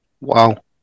Wow